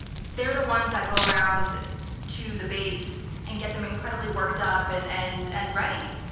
they're the ones that go around to the base and get them incredibly worked up and and and ready,